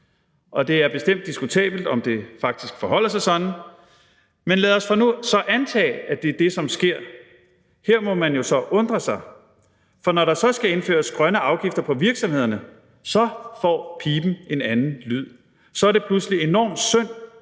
Det er bestemt diskutabelt, om det faktisk forholder sig sådan, men lad os nu antage, at det er det, som sker. Her må man jo så undre sig. For når der skal indføres grønne afgifter på virksomhederne, så får piben en anden lyd. Så er det pludselig enormt synd,